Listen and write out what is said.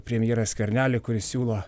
premjerą skvernelį kuris siūlo